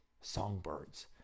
songbirds